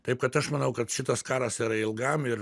taip kad aš manau kad šitas karas yra ilgam ir